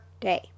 day